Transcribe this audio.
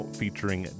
featuring